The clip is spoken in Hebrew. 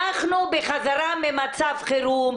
אנחנו בחזרה ממצב חרום,